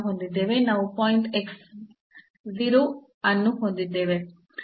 ನಾವು point x 0 ಅನ್ನು ಹೊಂದಿದ್ದೇವೆ